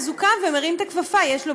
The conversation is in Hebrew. אז הוא קם ומרים את הכפפה,